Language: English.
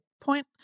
point